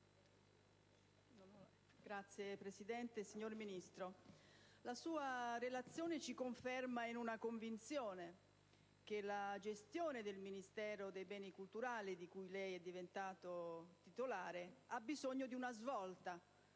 *(PD)*. Signor Ministro, la sua relazione conferma una nostra convinzione: la gestione del Ministero per i beni culturali, di cui lei è diventato titolare, ha bisogno di una svolta